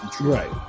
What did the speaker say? Right